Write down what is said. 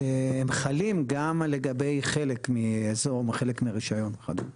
שהם חלים גם לגבי חלק מאזור, חלק מרישיון וכדומה.